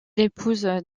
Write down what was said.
épouse